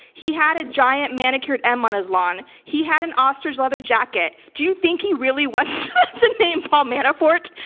he had a giant manicure m on his lawn. he had an ostrich leather jacket. do you think he really wants the name paul manafort?